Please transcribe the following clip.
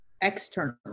external